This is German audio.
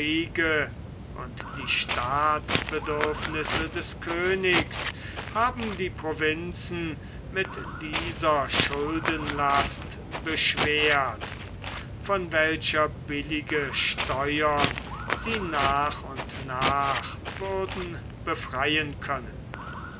und die staatsbedürfnisse des königs haben die provinzen mit dieser schuldenlast beschwert von welcher billige steuern sie nach und nach würden befreien können